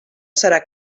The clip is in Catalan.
serà